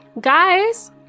Guys